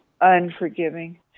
unforgiving